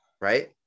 Right